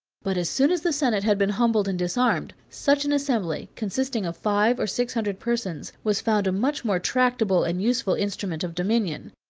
but as soon as the senate had been humbled and disarmed, such an assembly, consisting of five or six hundred persons, was found a much more tractable and useful instrument of dominion.